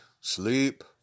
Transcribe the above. sleep